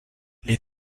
les